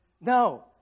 No